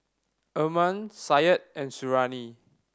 Iman Said and Suriani